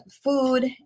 food